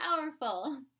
powerful